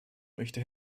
möchte